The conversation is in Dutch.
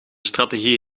strategie